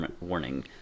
warning